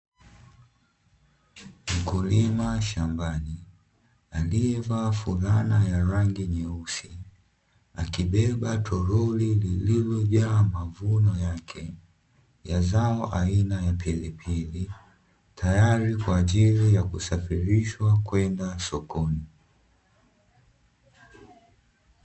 Mkulima shambani alievaa fulana ya rangi nyeusi, akibeba toroli lililojaa mavuno yake ya zao aina ya pilipili tayari kwa ajili ya kusafirishwa kwenda sokoni.